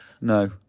No